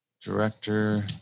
director